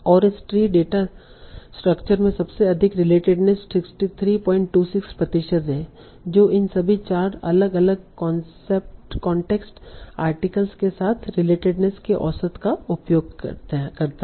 और इस tree data structure में सबसे अधिक रिलेटेडनेस 6326 प्रतिशत है जो इन सभी चार अलग अलग कांटेक्स्ट आर्टिकल्स के साथ रिलेटेडनेस के औसत का उपयोग करता है